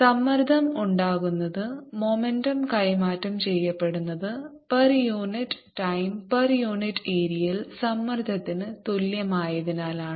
സമ്മർദ്ദം ഉണ്ടാകുന്നത് മൊമെന്റം കൈമാറ്റം ചെയ്യപ്പെടുന്നത് per unit time per unit ഏരിയയിൽ സമ്മർദ്ദത്തിന് തുല്യമായതിനാലാണ്